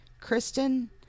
Kristen